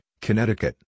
Connecticut